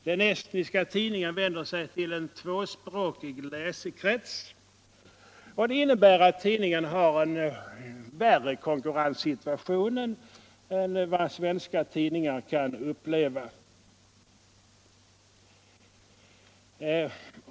Den estniska tidningen vänder sig till en tvåspråkig läsekrets, och det innebär att tidningen har en värre konkurrenssituation än vad svenska tidningar kan uppleva.